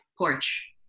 porch